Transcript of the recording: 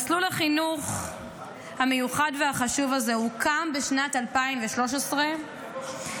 מסלול החינוך המיוחד והחשוב הזה הוקם בשנת 2013 כמענה